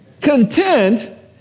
Content